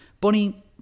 Bonnie